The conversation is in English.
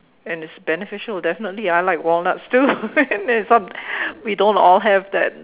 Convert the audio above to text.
and it's beneficial definitely I like walnuts too and it's not we don't all have that